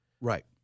Right